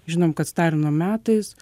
žinom kad stalino metais